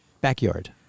backyard